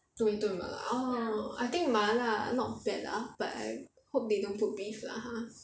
tomato and 麻辣 orh I think 麻辣 not bad lah but I hope they don't put beef lah !huh!